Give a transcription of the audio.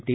T